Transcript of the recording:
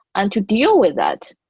and to deal with that,